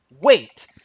wait